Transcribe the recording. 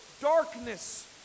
darkness